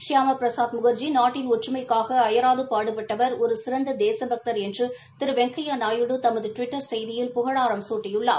ஷியாம பிரசாத் முகா்ஜி நாட்டின் ஒற்றுமைக்காக அயராது பாடுபட்டவர் ஒரு சிறந்த தேசபக்தர் என்று திரு வெங்கையா நாயுடு தமது டுவிட்டர் செய்தில் புகழாரம் சூட்டியுள்ளார்